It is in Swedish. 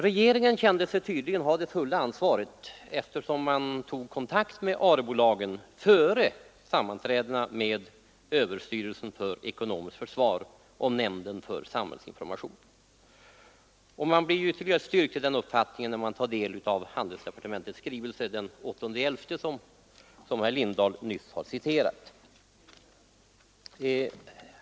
Regeringen kände sig tydligen ha det fulla ansvaret, eftersom man tog kontakt med ARE-bolagen före sammanträdena med överstyrelsen för ekonomiskt försvar och nämnden för samhällsinformation. Man blir ytterligare styrkt i den uppfattningen när man tar del av handelsdepartementets skrivelse den 8 november, som herr Lindahl i Hamburgsund nyss har citerat.